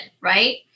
Right